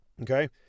Okay